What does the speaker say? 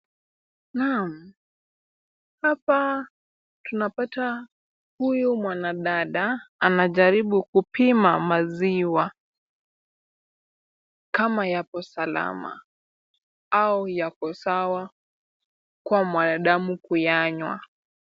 Naam, hapa tunapata huyu mwanadada anajaribu kupima maziwa kama yako salama au yako sawa kwa mwanadamu kuyanywa.